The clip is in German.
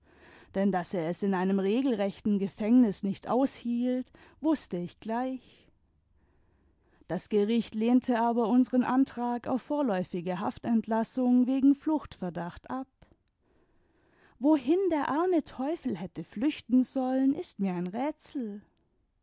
denn daß er es in einem regelrechten gefängnis nicht aushielt wußte ich gleich das gericht lehnte aber unseren antrag auf vorläufige haftentlassung wegen fluchtverdacht ab wohin der arme teufel hätte flüchten sollen ist mir ein rätsel